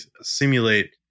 simulate